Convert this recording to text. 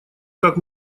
как